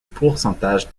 pourcentage